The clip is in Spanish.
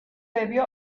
debió